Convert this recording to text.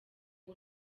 ngo